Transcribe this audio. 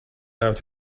out